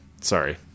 sorry